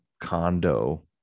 condo